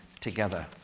together